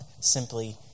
simply